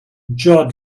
jaw